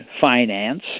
finance